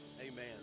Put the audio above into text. amen